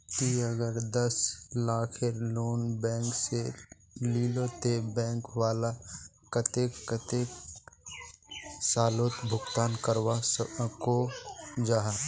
ती अगर दस लाखेर लोन बैंक से लिलो ते बैंक वाला कतेक कतेला सालोत भुगतान करवा को जाहा?